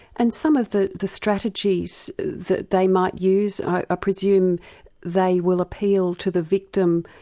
and some of the the strategies that they might use, i ah presume they will appeal to the victim,